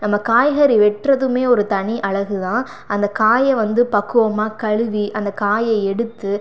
நம்ம காய்கறி வெட்டுறதுமே ஒரு தனி அழகு தான் அந்த காய வந்து பக்குவமாக கழுவி அந்த காய எடுத்து